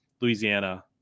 Louisiana